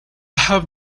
have